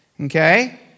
Okay